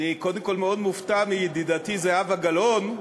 אני קודם כול מאוד מופתע מידידתי זהבה גלאון,